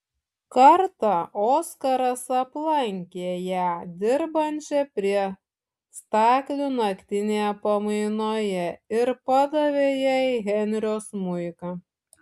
kartą oskaras aplankė ją dirbančią prie staklių naktinėje pamainoje ir padavė jai henrio smuiką